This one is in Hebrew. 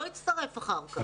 לא יצטרף אחר כך.